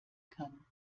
kann